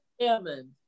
Hammond